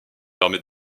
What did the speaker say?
armées